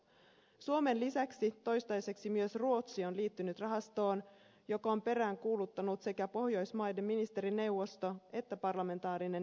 suomen lisäksi toistaiseksi myös ruotsi on liittynyt rahastoon jota on peräänkuuluttanut sekä pohjoismaiden ministerineuvosto että parlamentaarinen itämerikonferenssi